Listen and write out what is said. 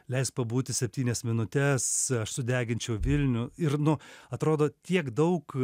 leisk pabūti septynias minutes aš sudeginčiau vilnių ir nu atrodo tiek daug